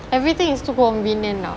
everything is too convenient now